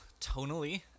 tonally